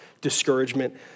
discouragement